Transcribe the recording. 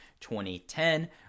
2010